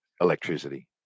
electricity